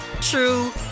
true